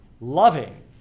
loving